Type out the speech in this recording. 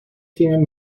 تیم